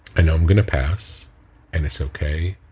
i know i'm going to pass and it's okay,